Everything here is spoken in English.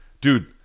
dude